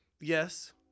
yes